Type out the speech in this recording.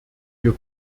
wir